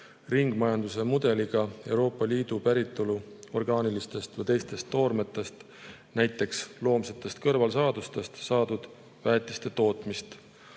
ringmajanduse mudeliga Euroopa Liidu päritolu orgaanilistest või teistest toormetest, näiteks loomsetest kõrvalsaadustest, saadud väetiste tootmist,